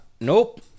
nope